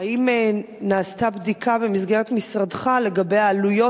האם נעשתה בדיקה במסגרת משרדך לגבי העלויות